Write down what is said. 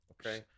Okay